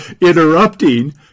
interrupting